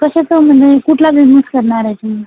कशाचा म्हणजे कुठला बिजनेस करणार आहे तुम्ही